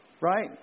right